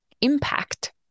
impact